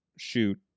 shoot